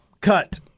Cut